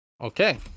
Okay